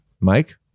Mike